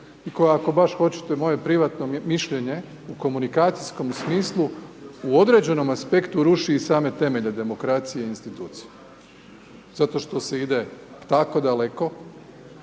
i koja ako baš hoćete moje privatne mišljenje u komunikacijskom smislu, u određenom aspektu ruši i same temelje demokracije i institucija zato što se ide tako daleko